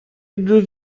unrhyw